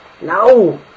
No